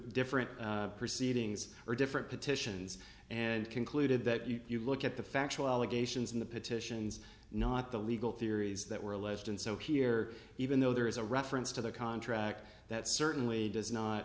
different proceedings or different petitions and concluded that you you look at the factual allegations in the petitions not the legal theories that were alleged and so here even though there is a reference to the contract that certainly does not